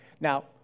Now